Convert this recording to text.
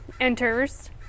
enters